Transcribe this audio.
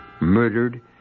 murdered